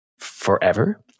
Forever